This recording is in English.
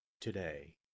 today